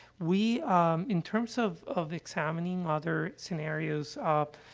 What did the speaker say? we, um in terms of of examining other scenarios, ah,